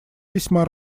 весьма